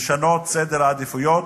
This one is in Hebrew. לשנות את סדר העדיפויות,